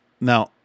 Now